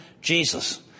Jesus